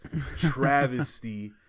travesty